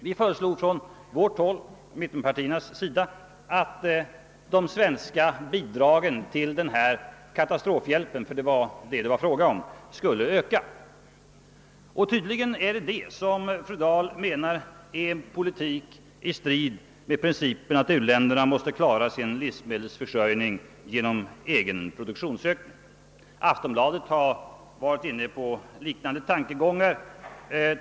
Vi föreslog från mittenpartierna att de svenska bidragen till denna katastrofhjälp — det var det som det var fråga om — skulle öka. Tydligen är det det som fru Dahl menar är en politik i strid mot principen att u-länderna måste klara sin livsmedelsförsörjning genom egen produktion. Aftonbladet har varit inne på liknande tankegångar.